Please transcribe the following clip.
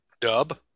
Dub